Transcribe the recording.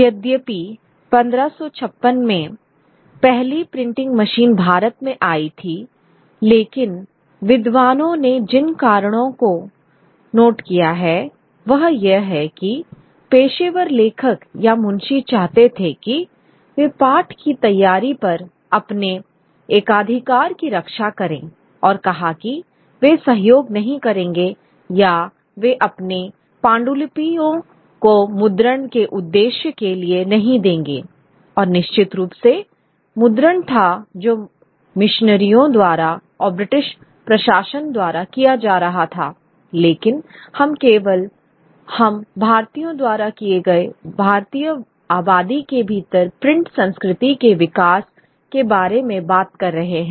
यद्यपि 1556 में पहली प्रिंटिंग मशीन भारत में आई थी लेकिन विद्वानों ने जिन कारणों को नोट किया है वह यह है कि पेशेवर लेखक या मुंशी चाहते थे कि वे पाठ की तैयारी पर अपने एकाधिकार की रक्षा करें और कहा कि वे सहयोग नहीं करेंगे या वे अपनी पांडुलिपियों को मुद्रण के उद्देश्य के लिए नहीं देंगे और निश्चित रूप से मुद्रण था जो मिशनरियों द्वारा और ब्रिटिश प्रशासन द्वारा किया जा रहा था लेकिन हम केवल हम भारतीयों द्वारा किए गए भारतीय आबादी के भीतर प्रिंट संस्कृति के विकास के बारे में बात कर रहे हैं